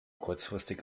kurzfristig